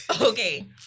okay